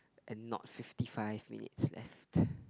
and not fifty five minutes left